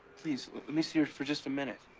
please, let me see her for just a minute.